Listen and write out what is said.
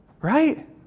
right